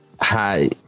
hi